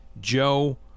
Joe